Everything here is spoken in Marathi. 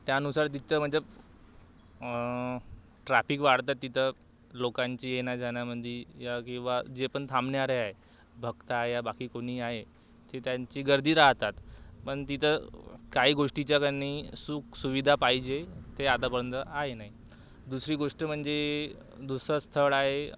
त्यानुसार तिथं म्हणजे ट्राफिक वाढतात तिथं लोकांची येण्याजाण्यामध्ये या किंवा जे पण थांबणारे आहे भक्त आहे या बाकी कोणी आहे ते त्यांची गर्दी राहतात पण तिथं काही गोष्टीच्या की नाही सुखसुविधा पाहिजे ते आतापर्यंत आहे नाही दुसरी गोष्ट म्हणजे दुसरं स्थळ आहे